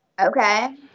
Okay